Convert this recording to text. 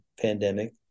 pandemic